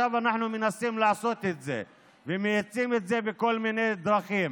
עכשיו אנחנו מנסים לעשות את זה ומאיצים את זה בכל מיני דרכים,